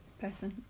person